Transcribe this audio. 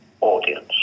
audience